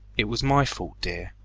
it was my fault, dear.